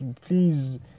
Please